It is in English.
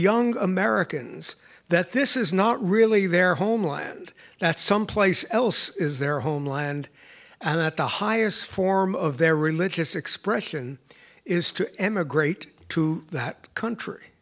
young americans that this is not really their homeland that someplace else is their homeland and that the highest form of their religious expression is to emigrate to that country